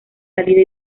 salida